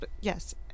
yes